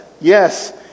yes